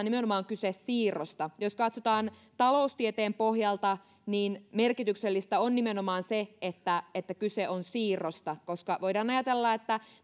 nimenomaan kyse siirrosta jos katsotaan taloustieteen pohjalta niin merkityksellistä on nimenomaan se että että kyse on siirrosta koska voidaan ajatella että